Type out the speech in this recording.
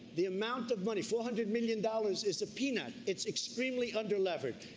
the amount of money, four hundred million dollars, is a peanut, it's extremely underleveraged.